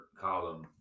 column